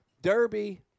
Derby